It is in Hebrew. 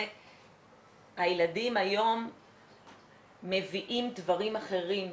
הילדים היום מביאים דברים אחרים,